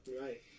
Right